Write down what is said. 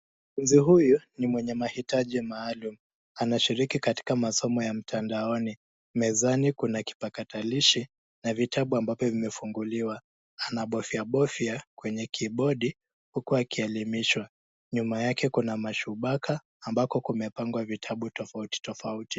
Mzee huyu ni mwenye mahitaji maalum. Anashiriki katika masomo ya mtandaoni. Mezani kuna kipakatalishi na vitabu ambavyo vimefunguliwa. Ana bofya bofya kwenye kibodi huku akielimishwa. Nyuma yake kuna mashubaka ambako kumepangwa vitabu tofauti tofauti.